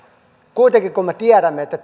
kuitenkin me tiedämme että